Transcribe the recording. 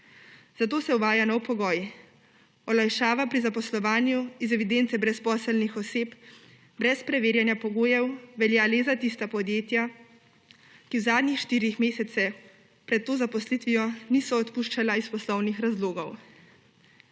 Zato se uvaja nov pogoj, olajšava pri zaposlovanju iz evidence brezposelnih oseb brez preverjanja pogojev velja le za tista podjetja, ki v zadnjih štirih mesecih pred to zaposlitvijo niso odpuščala iz poslovnih razlogov.